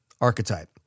archetype